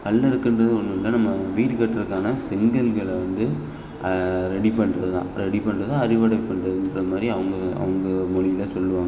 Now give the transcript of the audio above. கல் அறுக்கிறது ஒன்றுல்ல நம்ம வீடு கட்டுறக்கான செங்கல்களை வந்து ரெடி பண்ணுறது தான் ரெடி பண்றதை அறுவடை பண்றதுன்ற மாதிரி அவங்க அவங்க மொழியில சொல்லுவாங்க